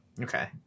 okay